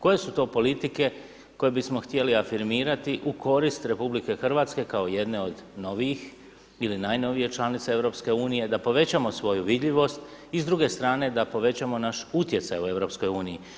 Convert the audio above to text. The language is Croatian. Koje su to politike koje bismo htjeli afirmirati u korist RH kao jedne od novijih ili najnovije članice EU, da povećamo svoju vidljivost i s druge strane da povećamo naš utjecaj u EU?